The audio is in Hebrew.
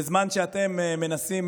בזמן שאתם מנסים